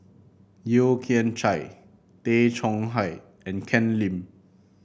Yeo Kian Chai Tay Chong Hai and Ken Lim